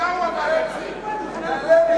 הוא עבד על זה.